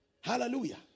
Hallelujah